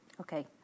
Okay